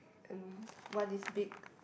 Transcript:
and one is big